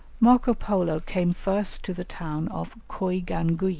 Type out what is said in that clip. marco polo came first to the town of coigangui,